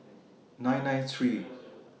nine nine three